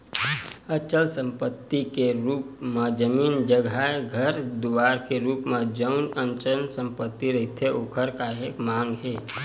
अचल संपत्ति के रुप म जमीन जघाए घर दुवार के रुप म जउन अचल संपत्ति रहिथे ओखर काहेक मांग हे